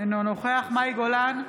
אינו נוכח מאי גולן,